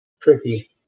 Tricky